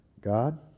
God